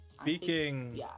speaking